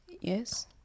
yes